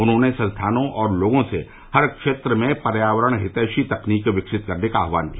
उन्होंने संस्थानों और लोगों से हर क्षेत्र में पर्यावरण हितैषी तकनीक विकसित करने का आहवान किया